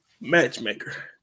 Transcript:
Matchmaker